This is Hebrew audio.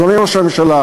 אדוני ראש הממשלה,